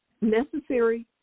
necessary